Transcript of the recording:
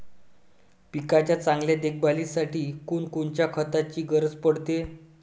पिकाच्या चांगल्या देखभालीसाठी कोनकोनच्या खताची गरज पडते?